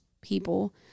people